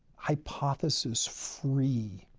hypothesis-free